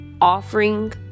offering